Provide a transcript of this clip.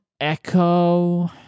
Echo